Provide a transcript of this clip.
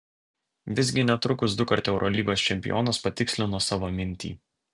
visgi netrukus dukart eurolygos čempionas patikslino savo mintį